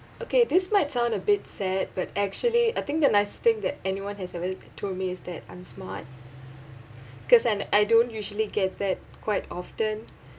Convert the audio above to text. okay this might sound a bit sad but actually I think the nicest thing that anyone has ever told me is that I'm smart cause I'm I don't usually get that quite often